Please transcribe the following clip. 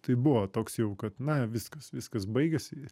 tai buvo toks jau kad na viskas viskas baigiasi